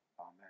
Amen